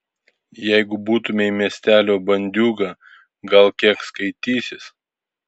jeigu būtumei miestelio bandiūga gal kiek skaitysis